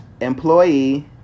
Employee